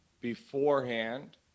beforehand